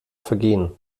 vergehen